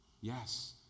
Yes